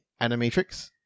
Animatrix